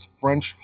French